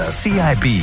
cib